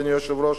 אדוני היושב-ראש,